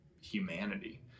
Humanity